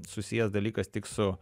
susijęs dalykas tik su